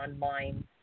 online